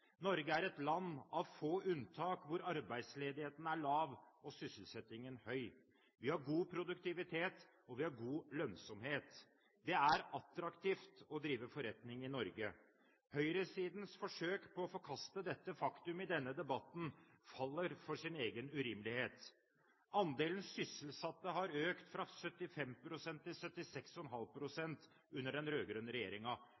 Norge er et land av få unntak hvor arbeidsledigheten er lav og sysselsettingen høy. Vi har god produktivitet, og vi har god lønnsomhet. Det er attraktivt å drive forretning i Norge. Høyresidens forsøk på å forkaste dette faktum i denne debatten faller for sin egen urimelighet. Andelen sysselsatte har økt fra 75 pst. til 76,5